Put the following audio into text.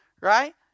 Right